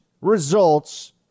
results